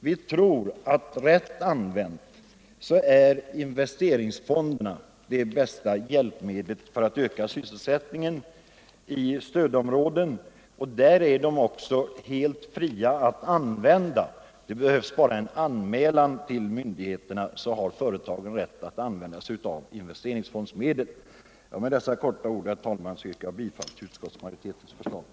Vi tror att — rätt använda — är investeringsfonderna det bästa medlet för att öka sysselsättningen i stödområdena. Där är fonderna också helt fria; det behövs bara en anmälan till myndigheterna för att företagen skall ha rätt att använda investeringsfondsmedel. Med dessa ord, herr talman, yrkar jag bifall till utskottets hemställan.